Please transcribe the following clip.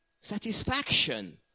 satisfaction